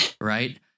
right